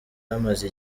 amaze